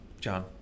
John